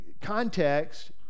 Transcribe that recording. context